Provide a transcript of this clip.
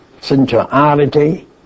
centrality